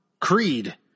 Creed